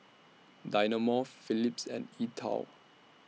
Dynamo Phillips and E TWOW